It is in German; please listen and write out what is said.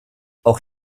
auch